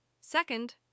Second